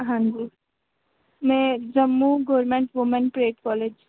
हां जी में Jammu government women parade college